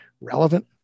relevant